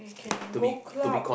can go club